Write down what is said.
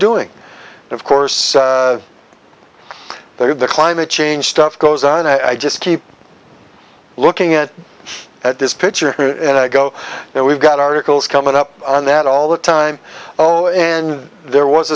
doing of course there are the climate change stuff goes on i just keep looking at at this picture and i go now we've got articles coming up on that all the time oh in there was